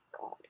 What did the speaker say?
God